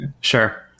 Sure